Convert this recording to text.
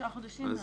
תשעה חודשים מהיום.